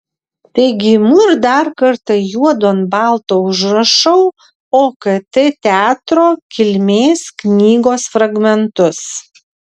taigi imu ir dar kartą juodu ant balto užrašau okt teatro kilmės knygos fragmentus